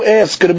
ask